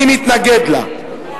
מי מתנגד לה?